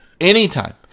anytime